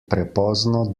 prepozno